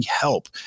help